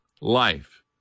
life